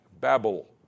Babel